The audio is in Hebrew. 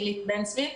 הילית בן צבי,